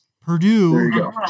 Purdue